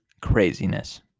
craziness